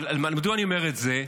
אבל מדוע אני אומר את זה?